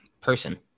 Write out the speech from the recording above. person